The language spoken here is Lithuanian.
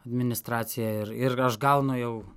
administracija ir ir aš gaunu jau